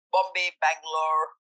Bombay-Bangalore